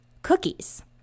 Cookies